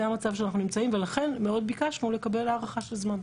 זה המצב שאנחנו נמצאים ולכן מאוד ביקשנו לקבל הארכה של זמן.